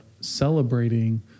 celebrating